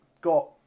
got